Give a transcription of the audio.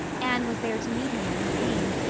anne was there to meet him when he came,